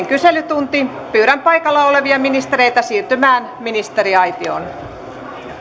kyselytunti pyydän paikalla olevia ministereitä siirtymään ministeriaitioon